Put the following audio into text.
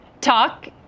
talk